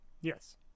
Yes